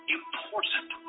important